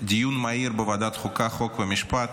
דיון מהיר בוועדת החוקה חוק ומשפט